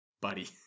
buddy